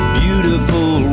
beautiful